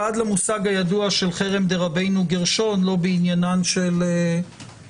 ועד המושג הידוע של חרם דרבנו גרשום בעניין של